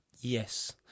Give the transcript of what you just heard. Yes